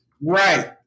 Right